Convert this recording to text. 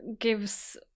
gives